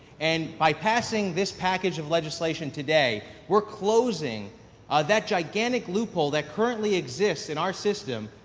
and, by passing this package of legislation today, we're closing that gigantic loophole that currently exists in our system,